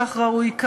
כך ראוי,